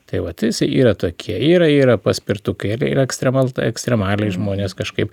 tai vat yra tokie yra yra paspirtukai ir ekstremalu ekstremaliai žmonės kažkaip